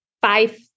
five